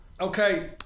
Okay